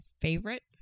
favorite